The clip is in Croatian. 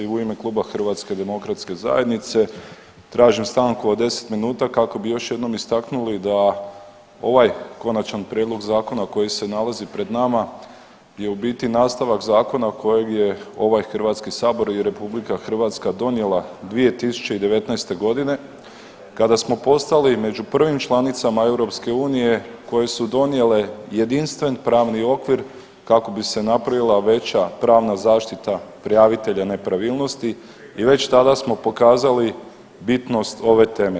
U ime Kluba HDZ-a tražim stanku od 10 minuta kako bi još jednom istaknuli da ovaj konačan prijedlog zakona koji se nalazi pred nama je u biti nastavak zakona kojeg je ovaj Hrvatski sabor i RH donijela 2019. godine kada smo postali među prvim članicama EU koje su donijele jedinstveni pravni okvir kako bi se napravila veća pravna zaštita prijavitelja nepravilnosti i već tada smo pokazali bitnost ove teme.